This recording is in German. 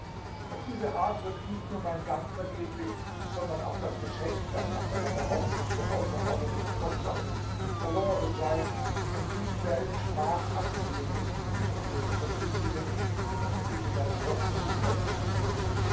auf diese art wird nicht nur mein gang vergeblich sondern auch das geschenk das nach deiner behauptung so außerordentlich kostbar ist verloren sein und ich werde mit schmach abziehen müssen um dir zu verkündigen daß du dich in deiner hoffnung getäuscht hast